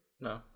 No